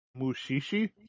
Mushishi